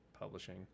Publishing